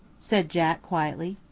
said jack quietly.